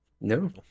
no